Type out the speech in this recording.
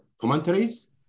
commentaries